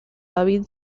david